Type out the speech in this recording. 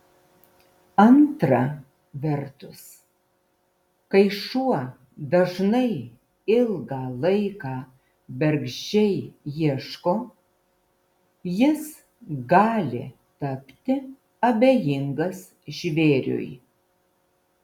antra vertus kai šuo dažnai ilgą laiką bergždžiai ieško jis gali tapti abejingas žvėriui